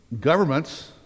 governments